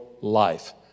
life